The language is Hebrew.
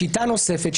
שיטה נוספת,